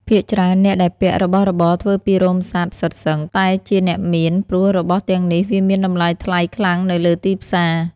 ភាគច្រើនអ្នកដែលពាក់របស់របរធ្វើពីរោមសត្វសុទ្ធសឹងតែជាអ្នកមាន ព្រោះរបស់ទាំងនេះវាមានតម្លៃថ្លៃខ្លាំងនៅលើទីផ្សារ។